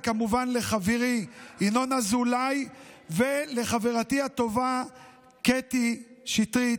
וכמובן לחברי ינון אזולאי ולחברתי הטובה קטי שטרית,